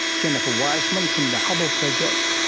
jennifer wiseman from the hubble project,